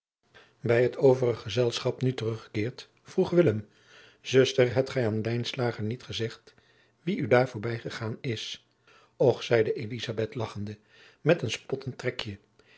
bij het overig gezelschap nu teruggekeerd vroeg willem zuster hebt gij aan lijnslager niet gezegd wie u daar voorbijgegaan is och zeide elizabeth lagchende met een spottend